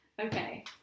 okay